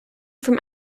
from